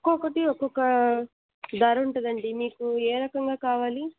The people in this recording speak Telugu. ఒక్కొక్కటి ఒక్కొక్క ధర ఉంటుంది అండి మీకు ఏ రకంగా కావాలి